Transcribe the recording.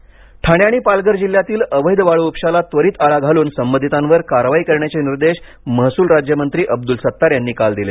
अवैध वाळू ठाणे आणि पालघर जिल्ह्यातील अवैध वाळू उपश्याला त्वरित आळा घालून संबंधितांवर कारवाई करण्याचे निर्देश महसूल राज्यमंत्री अब्दुल सत्तार यांनी काल दिले